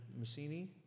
Massini